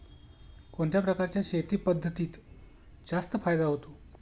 कोणत्या प्रकारच्या शेती पद्धतीत जास्त फायदा होतो?